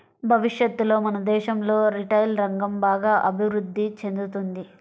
భవిష్యత్తులో మన దేశంలో రిటైల్ రంగం బాగా అభిరుద్ధి చెందుతుంది